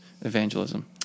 evangelism